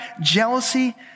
jealousy